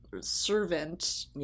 servant